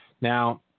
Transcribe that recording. now